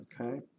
okay